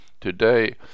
Today